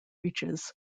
reaches